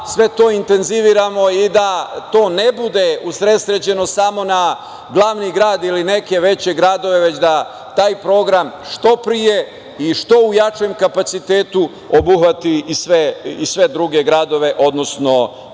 sve to intenziviramo i da to ne bude usresređeno samo na glavni grad ili neke veće gradove, već da taj program što pre i što u jačem kapacitetu obuhvati i sve druge gradove, odnosno